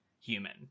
human